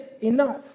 enough